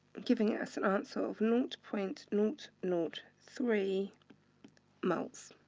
giving us an answer of naught point naught, naught, three moles.